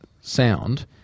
sound